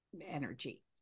energy